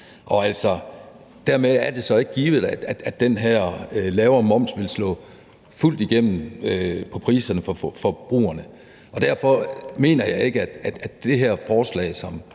Dermed er det altså ikke givet, at den her lavere moms vil slå fuldt igennem på priserne for forbrugerne, og derfor mener jeg ikke, at det her forslag,